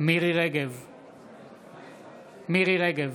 נגד מירי מרים רגב,